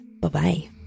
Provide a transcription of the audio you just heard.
Bye-bye